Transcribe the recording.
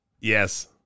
Yes